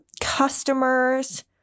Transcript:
customers